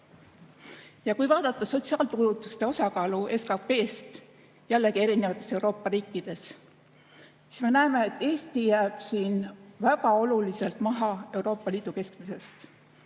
Ja kui vaadata sotsiaalkulutuste osakaalu SKT-st, jällegi erinevates Euroopa riikides, siis me näeme, et Eesti jääb siin väga oluliselt maha Euroopa Liidu keskmisest.